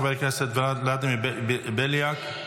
חבר הכנסת ולדימיר בליאק,